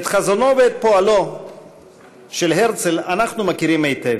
את חזונו ואת פועלו של הרצל אנחנו מכירים היטב.